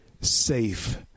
safe